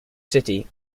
city